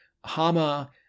Hama